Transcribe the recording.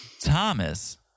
Thomas